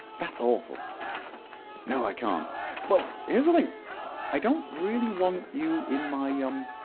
that's awful no i can't well here's the thing i don't really want you in my um